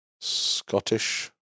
Scottish